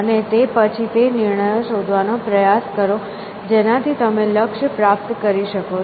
અને તે પછી તે નિર્ણયો શોધવાનો પ્રયાસ કરો જેનાથી તમે લક્ષ્ય પ્રાપ્ત કરી શકો છો